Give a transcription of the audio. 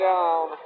down